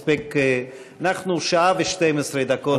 אנחנו שעה ו-12 דקות פה בדיון.